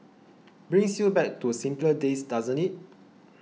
brings you back to simpler days doesn't it